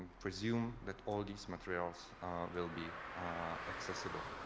presume that all these materials will be accessible.